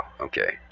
okay